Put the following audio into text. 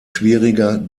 schwieriger